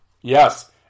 yes